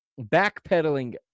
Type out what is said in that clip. backpedaling